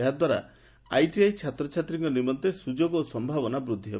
ଏହାଦ୍ୱାରା ଆଇଟିଆଇ ଛାତ୍ରଛାତ୍ରୀଙ୍କ ନିମନ୍ତେ ସୁଯୋଗ ଓ ସମ୍ଭାବନା ବୃଦ୍ଧି ହେବ